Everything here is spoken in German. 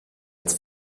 als